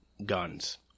guns